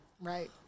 Right